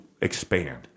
expand